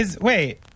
Wait